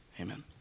Amen